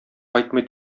кайтмый